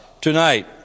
tonight